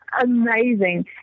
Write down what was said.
amazing